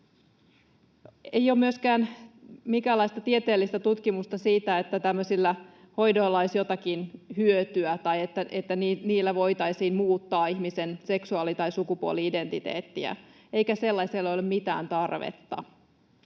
Ei ole myöskään minkäänlaista tieteellistä tutkimusta siitä, että tämmöisistä hoidoista olisi jotakin hyötyä tai että niillä voitaisiin muuttaa ihmisen seksuaali- tai sukupuoli-identiteettiä, eikä sellaiselle ole mitään tarvetta.